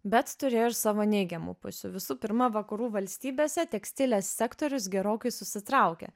bet turėjo ir savo neigiamų pusių visų pirma vakarų valstybėse tekstilės sektorius gerokai susitraukė